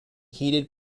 heated